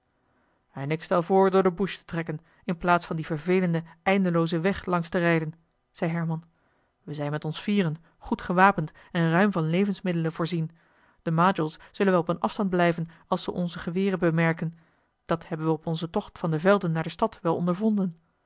en ik stel voor door de bush te trekken in plaats van dien vervelenden eindeloozen weg langs te rijden zei herman we zijn met ons vieren goed gewapend en ruim van levensmiddelen voorzien de majols zullen wel op een afstand blijven als ze onze geweren bemerken dat hebben we op onzen tocht van de velden naar de stad wel ondervonden